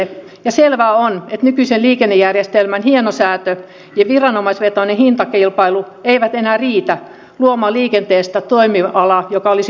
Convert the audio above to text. ja selvää on että nykyisen liikennejärjestelmän hienosäätö ja viranomaisvetoinen hintakilpailu eivät enää riitä luomaan liikenteestä toimialaa joka olisi houkutteleva